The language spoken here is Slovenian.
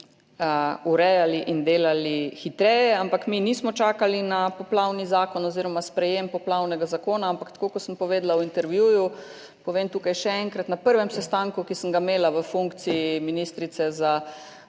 urejali in delali hitreje. Ampak mi nismo čakali na poplavni zakon oziroma sprejetje poplavnega zakona, ampak kot sem povedala v intervjuju, povem tukaj še enkrat, na prvem sestanku, ki sem ga imela v funkciji ministrice za